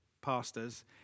pastors